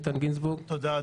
תודה,